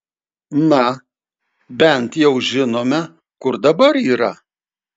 na bent jau žinome kur dabar yra